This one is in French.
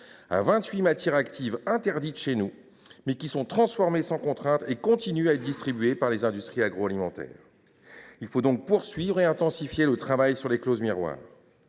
huit matières actives interdites chez nous, mais qui sont transformées sans contrainte et qui continuent à être distribuées par les industries agroalimentaires ? Il faut donc poursuivre et intensifier le travail sur les clauses miroirs.